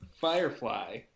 Firefly